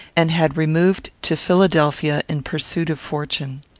and had removed to philadelphia in pursuit of fortune.